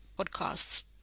podcasts